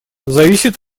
зависит